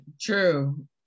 True